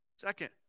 Second